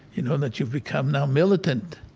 you know, that you've become now militant.